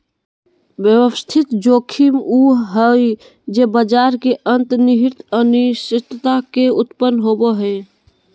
व्यवस्थित जोखिम उ हइ जे बाजार के अंतर्निहित अनिश्चितता से उत्पन्न होवो हइ